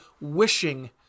wishing